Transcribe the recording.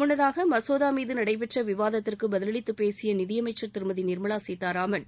முன்னதாக மசோதா மீது நடைபெற்ற விவாதத்திற்கு பதிலளித்துப் பேசிய நிதியமைச்சர் திருமதி நிர்மலா சீத்தாராமன்